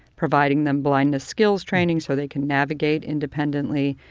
providing them blindness skills training so they can navigate independently.